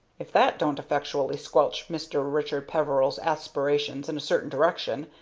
if that don't effectually squelch mr. richard peveril's aspirations in a certain direction,